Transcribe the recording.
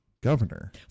governor